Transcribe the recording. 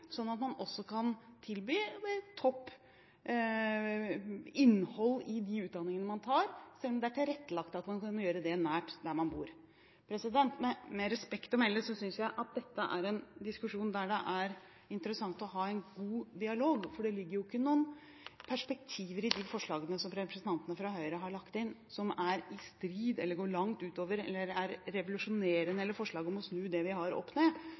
at man også kan tilby topp innhold i de utdanningene man tar, selv om det er tilrettelagt for at man kan gjøre det nært der man bor. Med respekt å melde synes jeg at dette er en diskusjon der det er interessant å ha en god dialog. Det ligger jo ikke noen perspektiver i de forslagene som representantene fra Høyre har lagt inn, som er i strid med, går langt ut over, er revolusjonerende i forhold til eller snur opp ned på det vi har.